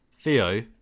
Theo